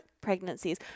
pregnancies